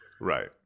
Right